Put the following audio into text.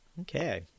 Okay